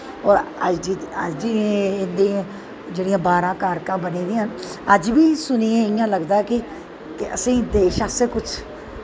होर अज्ज एह्दियां जेह्ड़ियां बारां कारकां बनी दियां न अज्ज बी सुनियै इ'यां लगदा ऐ कि असेंगी देश आस्तै कुछ